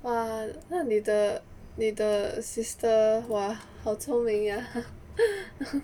!wah! 那你的你的 sister !wah! 好聪明 ah